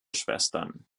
schwestern